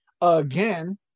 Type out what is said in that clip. Again